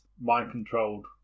mind-controlled